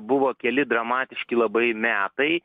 buvo keli dramatiški labai metai